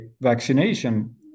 vaccination